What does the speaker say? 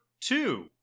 two